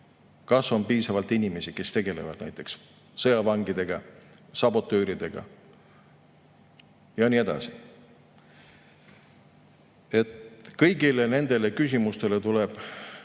Kas on piisavalt inimesi, kes tegelevad näiteks sõjavangidega, sabotööridega ja nii edasi? Kõigile nendele küsimustele tuleb